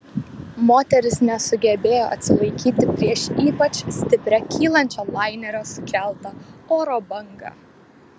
moteris nesugebėjo atsilaikyti prieš ypač stiprią kylančio lainerio sukeltą oro bangą